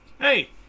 Hey